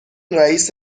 رئیس